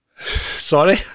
Sorry